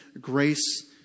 grace